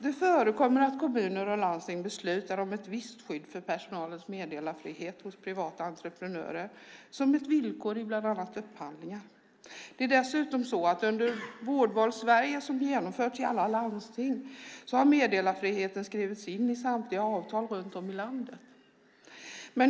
Det förekommer att kommuner och landsting beslutar om ett visst skydd för personalens meddelarfrihet hos privata entreprenörer, som ett villkor i bland annat upphandlingar. Det är dessutom så att under Vårdval Sverige, som genomförts i alla landsting, har meddelarfriheten skrivits in i samtliga avtal runt om i landet.